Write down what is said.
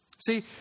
See